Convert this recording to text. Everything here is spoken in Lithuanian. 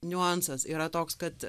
niuansas yra toks kad